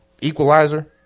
Equalizer